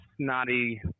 snotty